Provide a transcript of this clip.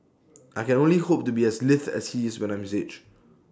I can only hope to be as lithe as he is when I am his age